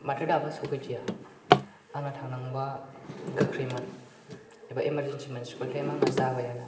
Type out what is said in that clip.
माथो दाबो सफैदिया आंना थांनांगौआ गोख्रैमोन एबा इमार्जेन्सिमोन स्कुल टाइम आंना जाबायानो